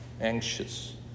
anxious